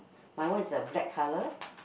my one is uh black colour